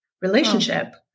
relationship